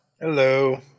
Hello